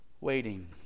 Waiting